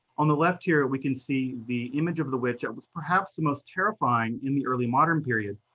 on the left here, we can see the image of the witch that was perhaps the most terrifying in the early modern period.